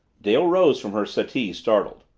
dale rose from her settee, startled.